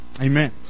amen